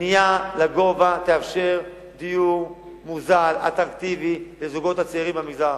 בנייה לגובה תאפשר דיור מוזל אטרקטיבי לזוגות הצעירים במגזר הערבי.